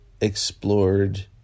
explored